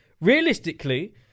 Realistically